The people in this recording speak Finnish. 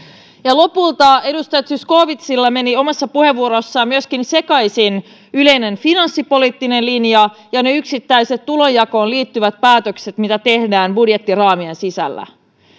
lopulta edustaja zyskowiczilla menivät omassa puheenvuorossaan sekaisin myöskin yleinen finanssipoliittinen linja ja yksittäiset tulonjakoon liittyvät päätökset mitä tehdään budjettiraamien sisällä